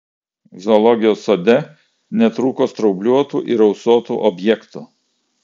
zoologijos sode netrūko straubliuotų ir ausuotų objektų